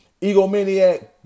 Egomaniac